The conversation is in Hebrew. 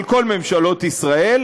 של כל ממשלות ישראל,